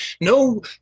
No